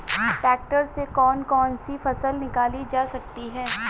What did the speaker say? Tractor से कौन कौनसी फसल निकाली जा सकती हैं?